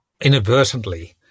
inadvertently